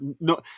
no